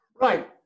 right